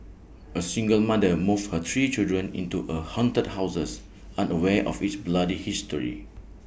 A single mother moves her three children into A haunted houses unaware of its bloody history